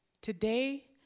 today